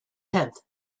tenth